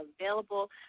available